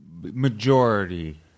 majority